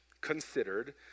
considered